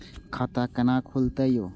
खाता केना खुलतै यो